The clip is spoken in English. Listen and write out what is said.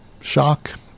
shock